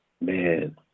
man